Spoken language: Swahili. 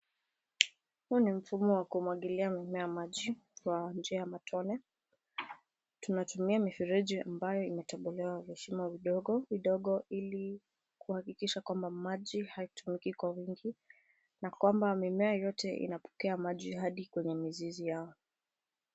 Huu ni mfumo wa kumwagilia mimea maji kwa njia ya matone. Tunatumia mifereji ambayo imetobolewa vishimo vidogo vidogo ili kuhakikisha kwamba maji haitumiki kwa wingi na kwamba mimea yote inapokea maji hadi kwenye mizizi yao.